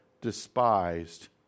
despised